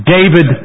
David